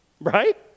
Right